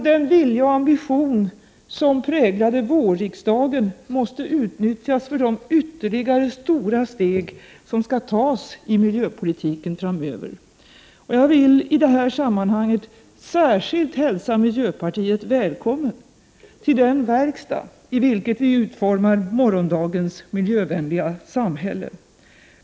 Den vilja och ambition som präglade vårriksdagen måste utnyttjas för de ytterligare, stora steg som skall tas i miljöpolitiken framöver. Jag vill i detta sammanhang särskilt hälsa miljöpartiet välkommet till den verkstad i vilken vi utformar morgondagens miljövänliga samhälle.